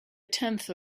tenth